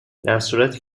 درصورتی